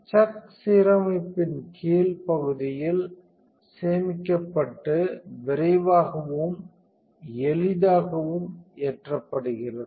chuck சீரமைப்பின் கீழ் பகுதியில் சேமிக்கப்பட்டு விரைவாகவும் எளிதாகவும் ஏற்றப்படுகிறது